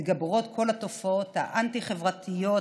מתגברות כל התופעות האנטי-חברתיות,